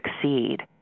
succeed